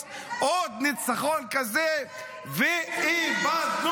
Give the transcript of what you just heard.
תן לי להמשיך, בבקשה.